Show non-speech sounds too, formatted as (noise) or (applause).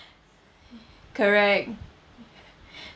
(breath) correct (breath)